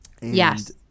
Yes